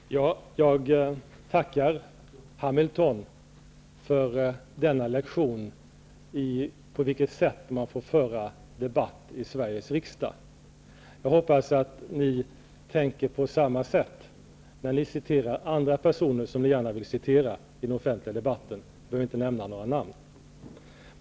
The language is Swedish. Herr talman! Jag tackar Carl B. Hamilton för denna lektion i på vilket sätt man får föra debatt i Sveriges riksdag. Jag hoppas att ni tänker på samma sätt när ni citerar andra personer som ni gärna vill referera till i den offentliga debatten. Jag behöver inte nämna några namn.